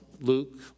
Luke